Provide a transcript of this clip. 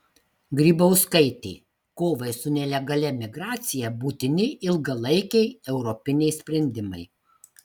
grybauskaitė kovai su nelegalia migracija būtini ilgalaikiai europiniai sprendimai